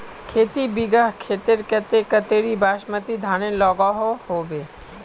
खेती बिगहा खेतेर केते कतेरी बासमती धानेर लागोहो होबे?